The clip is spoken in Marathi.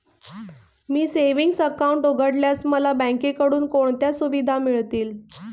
मी सेविंग्स अकाउंट उघडल्यास मला बँकेकडून कोणत्या सुविधा मिळतील?